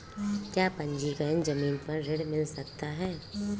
क्या पंजीकरण ज़मीन पर ऋण मिल सकता है?